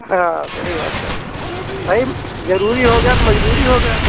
हाँ सही बात कह रहे हैं भाई ज़रूरी हो गया मजबूरी हो गया